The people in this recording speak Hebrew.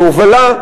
בהובלה,